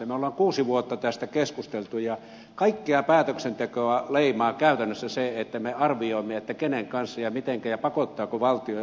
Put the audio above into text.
me olemme kuusi vuotta tästä keskustelleet ja kaikkea päätöksentekoa leimaa käytännössä se että me arvioimme kenen kanssa ja mitenkä ja pakottaako valtio ja muuta